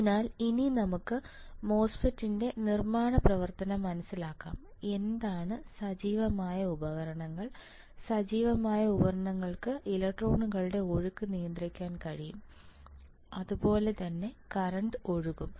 അതിനാൽ ഇനി നമുക്ക് മോസ്ഫെറ്റിന്റെ നിർമ്മാണ പ്രവർത്തനം മനസിലാക്കാം എന്താണ് സജീവമായ ഉപകരണങ്ങൾ സജീവമായ ഉപകരണങ്ങൾക്ക് ഇലക്ട്രോണുകളുടെ ഒഴുക്ക് നിയന്ത്രിക്കാൻ കഴിയും അതുപോലെതന്നെ കറണ്ട്ൻറ ഒഴുകും